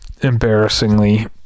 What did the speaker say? embarrassingly